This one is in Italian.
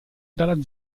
dalla